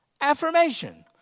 affirmation